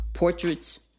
portraits